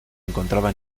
encontraba